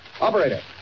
Operator